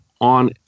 on